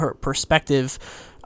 perspective